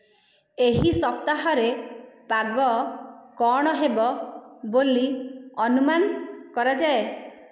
ଏହି ସପ୍ତାହରେ ପାଗ କ'ଣ ହେବ ବୋଲି ଅନୁମାନ କରାଯାଏ